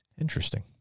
Interesting